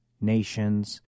nations